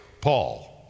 Paul